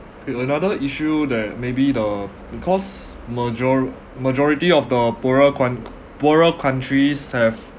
K another issue that maybe the because major~ majority of the poorer coun~ poorer countries have